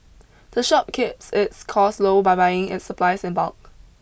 the shop keeps its costs low by buying its supplies in bulk